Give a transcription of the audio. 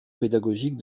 pédagogique